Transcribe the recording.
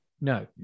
no